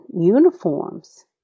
uniforms